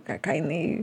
ką ką jinai